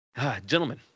Gentlemen